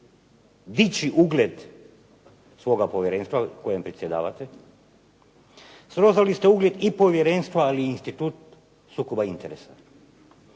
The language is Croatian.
dići ugled svoga povjerenstva kojim predsjedavate, srozali ste ugled i povjerenstva, ali i institut sukoba interesa.